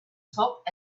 top